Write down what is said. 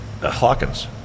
Hawkins